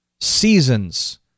Seasons